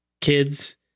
kids